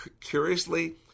Curiously